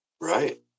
right